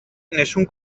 nessun